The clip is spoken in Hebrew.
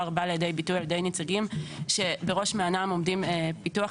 בא לידי ביטוי על ידי נציגים שבראש מעינם עומדים פיתוח,